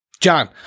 John